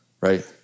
right